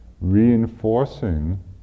Reinforcing